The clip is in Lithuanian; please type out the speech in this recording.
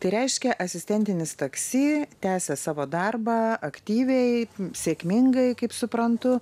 tai reiškia asistentinis taksi tęsia savo darbą aktyviai sėkmingai kaip suprantu